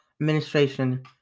administration